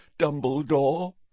Dumbledore